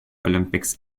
olympics